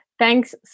Thanks